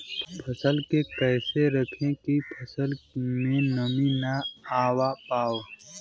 फसल के कैसे रखे की फसल में नमी ना आवा पाव?